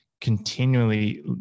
continually